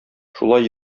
шулай